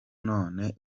none